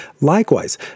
Likewise